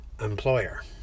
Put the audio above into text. employer